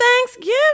Thanksgiving